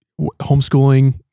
homeschooling